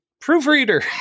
proofreader